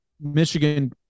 Michigan